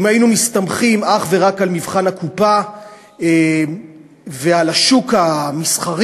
אם היינו מסתמכים אך ורק על מבחן הקופה ועל השוק המסחרי,